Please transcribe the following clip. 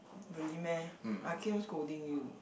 really meh I came scolding you